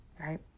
Right